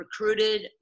recruited